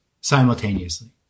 simultaneously